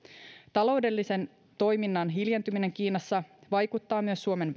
taloudellisen toiminnan hiljentyminen kiinassa vaikuttaa myös suomen